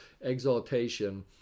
exaltation